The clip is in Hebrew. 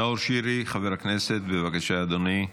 חבר הכנסת נאור שירי, בבקשה, אדוני.